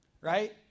right